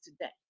today